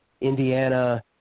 Indiana –